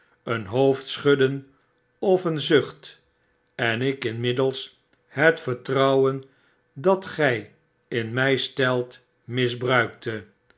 een hoofdscbudden of een zucht en ik inmiddels het vertrouwen dat gy in my stelt misbruikte